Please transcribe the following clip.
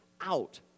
out